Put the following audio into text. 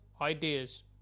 ideas